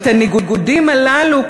"את הניגודים הללו",